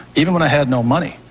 even when i had no money,